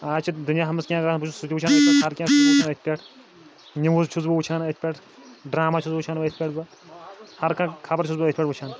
آز چھِ دِنیاہَس منٛز کینٛہہ گژھان بہٕ چھُس سُہ تہِ وٕچھان ہر کینٛہہ وٕچھان أتھۍ پٮ۪ٹھ نِوٕز چھُس بہٕ وٕچھان أتھۍ پٮ۪ٹھ ڈرٛاما چھُس بہٕ وٕچھان أتھۍ پٮ۪ٹھ بہٕ ہر کانٛہہ خبر چھُس بہٕ أتھۍ پٮ۪ٹھ وٕچھان